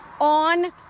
on